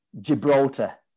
gibraltar